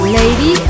Lady